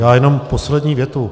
Já jenom poslední větu.